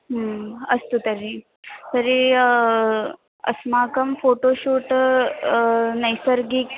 अस्तु तर्हि तर्हि अस्माकं फ़ोटो शूट् नैसर्गिकं